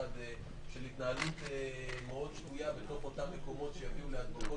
של התנהלות שגויה באותם מקומות שיביאו להדבקות